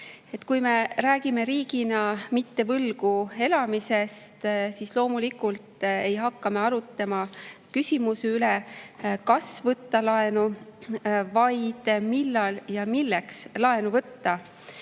Kui me räägime riigina mitte võlgu elamisest, siis loomulikult ei hakka me arutama, kas võtta laenu, vaid me arutame, millal ja milleks laenu võtta.